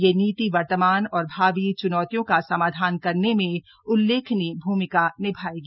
यह नीति वर्तमान और भावी च्नौतियों का समाधान करने में उल्लेखनीय भूमिका निभाएगी